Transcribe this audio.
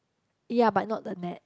ya but not the net